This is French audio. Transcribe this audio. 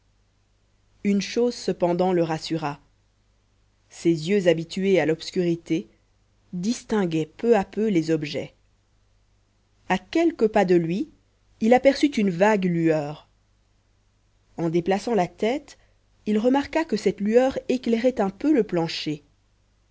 une chose cependant le rassura ses yeux habitués à l'obscurité distinguaient peu à peu les objets à quelques pas de lui il aperçut une vague lueur en déplaçant la tête il remarqua que cette lueur éclairait un peu le plancher